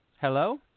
Hello